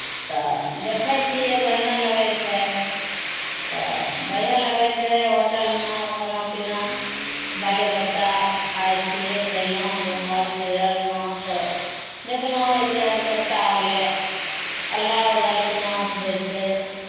तऽ देखै छियै बढ़िआँ लगै छै तऽ बढ़िआँ लगै छै होटलमे खाना पीना बाले बच्चा खाइ छियै खयलहुँ घूमल फिरल नाच देखलहुँ जइसे ओर्केस्ट्रा भेलै अल्हा रूदलके नाच होइ छै